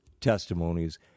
testimonies